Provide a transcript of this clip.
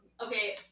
okay